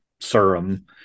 serum